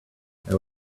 there